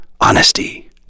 Honesty